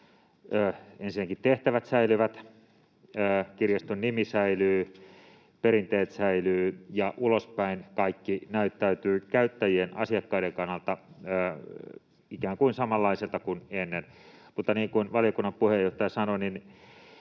kirjaston tehtävät säilyvät, kirjaston nimi säilyy, perinteet säilyvät ja ulospäin kaikki näyttäytyy käyttäjien, asiakkaiden, kannalta ikään kuin samanlaiselta kuin ennen. Mutta niin kuin valiokunnan puheenjohtaja sanoi,